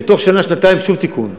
ותוך שנה-שנתיים שוב תיקון.